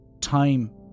time